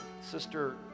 Sister